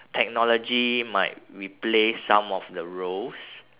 technology might replace some of the roles